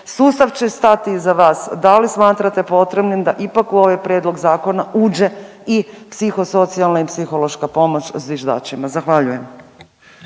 sustav će stati iza vas, da li smatrate potrebnim da ipak u ovaj prijedlog zakona uđe i psihosocijalna i psihološka pomoć zviždačima. Zahvaljujem.